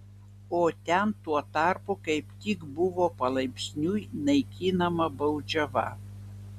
o ten tuo tarpu kaip tik buvo palaipsniui naikinama baudžiava